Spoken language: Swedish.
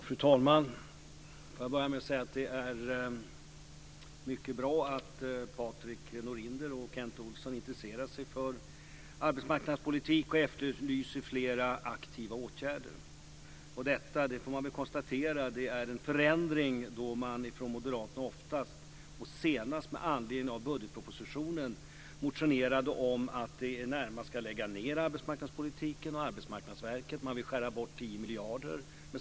Fru talman! Jag vill börja med att säga att det är mycket bra att Patrik Norinder och Kent Olsson intresserar sig för arbetsmarknadspolitik och att de efterlyser flera aktiva åtgärder. Detta är en förändring, då man från moderaterna oftast - och senast med anledning av budgetpropositionen - motionerat om att man ska lägga ned arbetsmarknadspolitiken och Arbetsmarknadsverket. Man vill skära bort 10 miljarder.